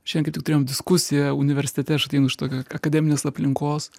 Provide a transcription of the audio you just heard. šiandien kaip tik turėjom diskusiją universitete aš ateinu iš tokio akademinės aplinkos